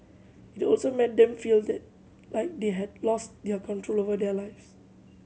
it also made them feel like they had lost their control over their lives